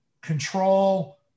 control